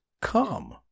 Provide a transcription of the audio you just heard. come